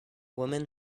women